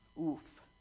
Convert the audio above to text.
Oof